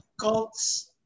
cults